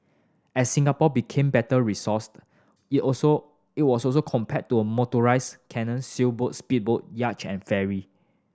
as Singapore became better resourced it also it was also compared to a motorised canoe sailboat speedboat yacht and ferry